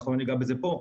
לא ניגע בזה פה,